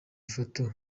ifoto